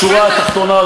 בשורה התחתונה,